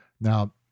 Now